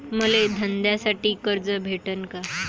मले धंद्यासाठी कर्ज भेटन का?